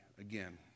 again